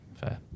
Fair